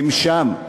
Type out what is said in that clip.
הם שם,